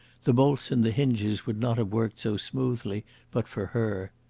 the bolts and the hinges would not have worked so smoothly but for her.